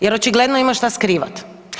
Jer očigledno ima šta skrivat.